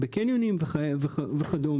בקניונים וכד'.